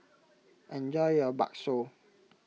enjoy your Bakso